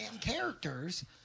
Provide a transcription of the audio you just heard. characters